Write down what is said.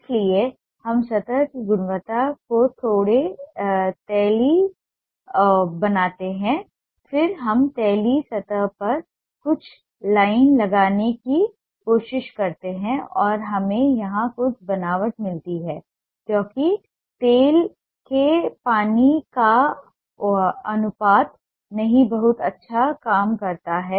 इसलिए हम सतह की गुणवत्ता को थोड़ा तैलीय बनाते हैं फिर हम तैलीय सतह पर कुछ लाइन लगाने की कोशिश करते हैं और हमें यहां कुछ बनावट मिलती है क्योंकि तेल के पानी का अनुपात नहीं बहुत अच्छा कामकरता है